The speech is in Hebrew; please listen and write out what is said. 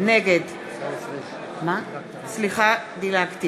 נגד נורית